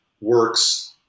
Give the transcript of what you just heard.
works